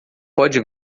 pode